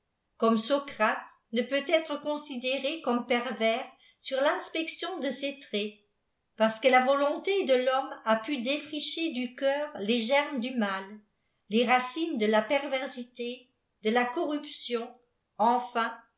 comme socrate ne peut être considéré comme pervers sur tinspection de ses traits parce que la volonté de thomme a pu défricher du cœur lés germes du mal les racines de la perversité de la corruption enfin